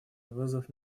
вызов